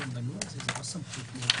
הנוסח.